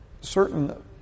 certain